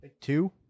Two